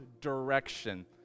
direction